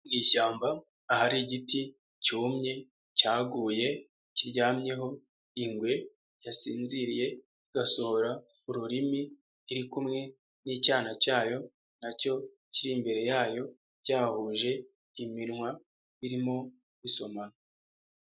Ishyamba ahari igiti cyumye cyaguye kiryamyeho ingwe yasinziriye igasohora ururimi iri kumwe n'icyana cyayo nacyo kiri imbere yayo cyahuje iminwa birimo gusomana.